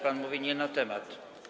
Pan mówi nie na temat.